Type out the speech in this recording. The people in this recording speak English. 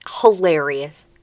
Hilarious